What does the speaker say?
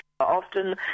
Often